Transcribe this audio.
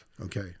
Okay